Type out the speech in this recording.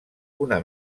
una